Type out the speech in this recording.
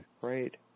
great